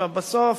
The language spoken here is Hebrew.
בסוף,